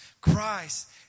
Christ